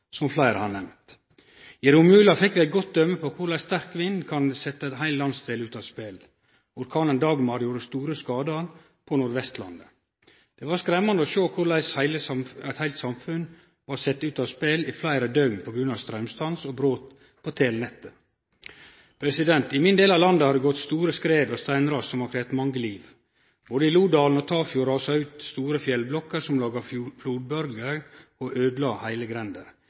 som fleire har nemnt. I romjula fekk vi eit godt døme på korleis sterk vind kan setje ein heil landsdel ut av spel. Orkanen «Dagmar» gjorde store skadar på Nordvestlandet. Det var skremmande å sjå korleis eit heilt samfunn blei sett ut av spel i fleire døgn på grunn av straumstans og brot på telenettet. I min del av landet har det gått store skred og steinras som har kravd mange liv. Både i Lodalen og Tafjord rasa det ut store fjellblokker som laga flodbølgjer og øydela heile grender.